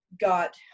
got